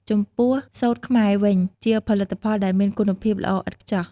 ចំពោះសូត្រខ្មែរវិញ ជាផលិតផលដែលមានគុណភាពល្អឥតខ្ចោះ។